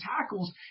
tackles